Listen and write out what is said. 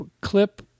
clip